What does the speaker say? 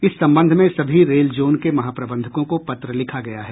इस संबंध में सभी रेल जोन के महाप्रबंधकों को पत्र लिखा गया है